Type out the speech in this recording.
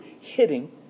hitting